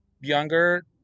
younger